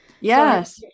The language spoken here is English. Yes